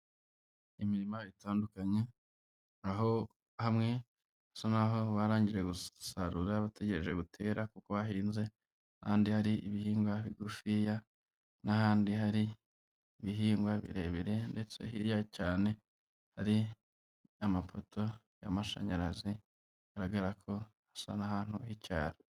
Imirima itandukanye aho hamwe hasa n n'aho barangije gusarura bategereje gutera kuko hahinze, ahandi hari ibihingwa bigufiya n'ahandi hari ibihingwa birebire, ndetse hirya cyane hari amapoto y'amashanyarazi agaragara ko asa n'ahantu h'icyaro.